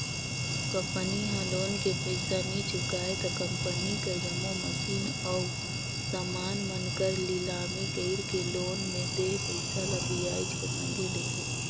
company ह loan के पइसा नी चुकाय त कंपनी कर जम्मो मसीन अउ समान मन कर लिलामी कइरके लोन में देय पइसा ल बियाज कर संघे लेथे